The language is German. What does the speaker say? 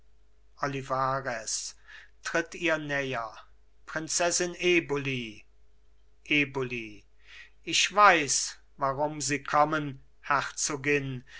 olivarez tritt ihr näher prinzessin eboli eboli ich weiß warum sie kommen herzogin